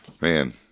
man